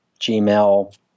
Gmail